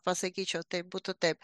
pasakyčiau taip būtų taip